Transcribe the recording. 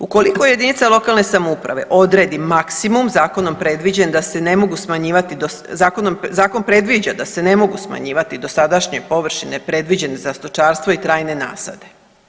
Ukoliko jedinica lokalne samouprave odredi maksimum zakonom predviđen da se ne mogu smanjivati, zakon predviđa da se ne mogu smanjivati dosadašnje površine predviđene za stočarstvo i trajne nasade.